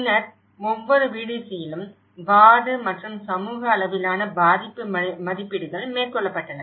பின்னர் ஒவ்வொரு VDCயிலும் வார்டு மற்றும் சமூக அளவிலான பாதிப்பு மதிப்பீடுகள் மேற்கொள்ளப்பட்டன